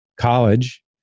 college